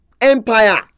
empire